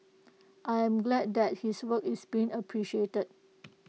I am glad that his work is being appreciated